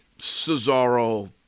Cesaro